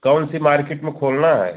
कौनसी मार्केट में खोलनी है